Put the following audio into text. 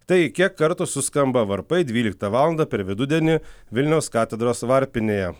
tai kiek kartų suskamba varpai dvyliktą valandą per vidudienį vilniaus katedros varpinėje